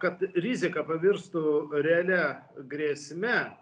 kad rizika pavirstų realia grėsme